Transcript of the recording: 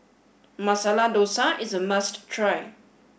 Masala Dosa is a must try